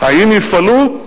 האם יפעלו?